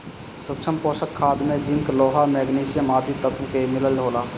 सूक्ष्म पोषक खाद में जिंक, लोहा, मैग्निशियम आदि तत्व के मिलल होला